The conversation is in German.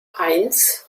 eins